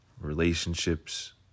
relationships